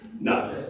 no